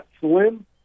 slim